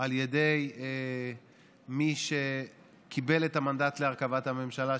על ידי מי שקיבל את המנדט להרכבת הממשלה,